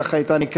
כך היא נקראה,